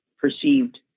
perceived